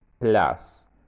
plus